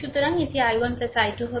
সুতরাং এটি i1 i2 হবে